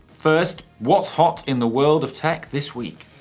first, what's hot in the world of tech this week?